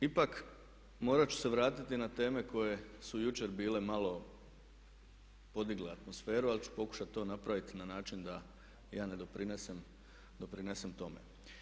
Ipak morati ću se vratiti na teme koje su jučer bile malo podigle atmosferu ali ću pokušati to napraviti na način da ja ne doprinesem tome.